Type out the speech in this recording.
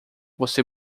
você